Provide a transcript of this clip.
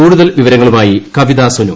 കൂടുതൽ വിവരങ്ങളുമായി കവിത സുനു